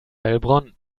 heilbronn